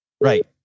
Right